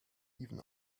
even